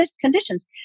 conditions